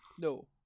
No